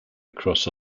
across